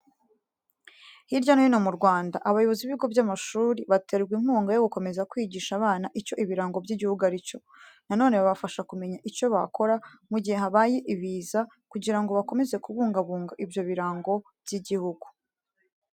Hirya no hino mu Rwanda, abayobozi b'ibigo by'amashuri baterwa inkunga yo gukomeza kwigisha abana icyo ibirango by'igihugu ari cyo. Na none babafasha kumenya icyo bakora mu gihe habaye ibiza, kugira ngo bakomeza kubungabunga ibyo birango by'igihugu.